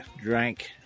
drank